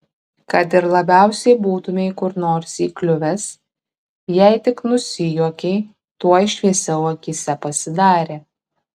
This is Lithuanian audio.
kad ir labiausiai būtumei kur nors įkliuvęs jei tik nusijuokei tuoj šviesiau akyse pasidarė